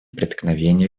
преткновения